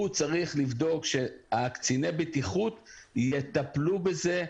הוא צריך לבדוק שקציני הבטיחות יטפלו בזה,